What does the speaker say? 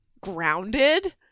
grounded